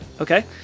okay